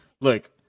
look